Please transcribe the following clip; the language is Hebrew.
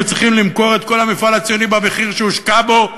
צריכים למכור את כל המפעל הציוני במחיר שהושקע בו,